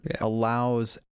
allows